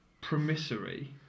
Promissory